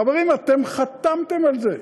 חברים, אתם חתמתם על זה,